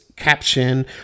caption